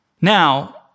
Now